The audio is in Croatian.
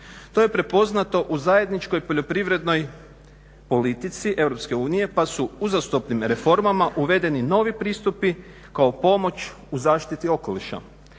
To je prepoznato u zajedničkoj poljoprivrednoj politici Europske unije pa su uzastopnim reformama uvedeni novi pristupi kao pomoć u zaštiti okoliša.